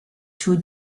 two